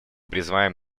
призываем